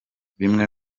bimwe